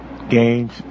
games